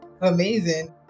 amazing